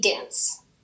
dance